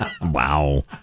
Wow